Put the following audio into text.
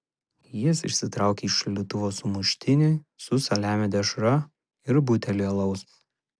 jis išsitraukė iš šaldytuvo sumuštinį su saliamio dešra ir butelį alaus